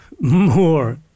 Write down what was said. more